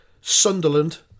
Sunderland